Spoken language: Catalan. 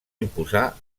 imposar